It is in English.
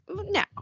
No